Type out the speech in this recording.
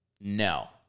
No